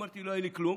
אמרתי: לא היה לי כלום,